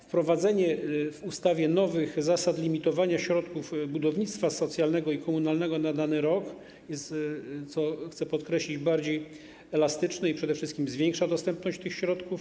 Wprowadzenie w ustawie nowych zasad limitowania środków budownictwa socjalnego i komunalnego na dany rok, jest, co chcę podkreślić, bardziej elastyczne i przede wszystkim zwiększa dostępność tych środków.